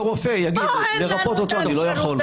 רופא יגיד שלרפא אותו הוא לא יכול.